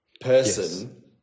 person